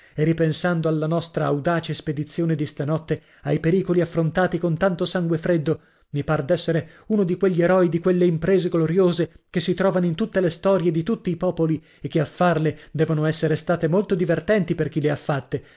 e ripensando alla nostra audace spedizione di stanotte ai pericoli affrontati con tanto sangue freddo mi par d'essere uno degli eroi di quelle imprese gloriose che si trovano in tutto le storie di tutti i popoli e che a farle devono essere state molto divertenti per chi le ha fatte